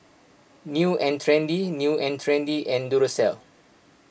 New and Trendy New and Trendy and Duracell